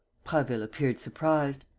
prasville appeared surprised.